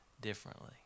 differently